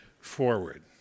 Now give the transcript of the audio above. forward